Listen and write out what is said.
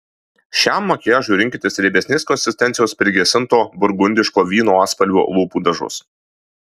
šiam makiažui rinkitės riebesnės konsistencijos prigesinto burgundiško vyno atspalvio lūpų dažus